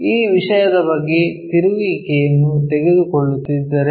ಈ ವಿಷಯದ ಬಗ್ಗೆ ತಿರುಗುವಿಕೆಯನ್ನು ತೆಗೆದುಕೊಳ್ಳುತ್ತಿದ್ದರೆ